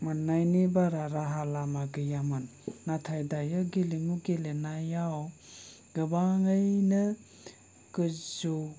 मोननायनि बारा राहा लामा गैयामोन नाथाय दायो गेलेमु गेलेनायाव गोबाङैनो गोजौ